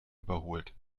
überholt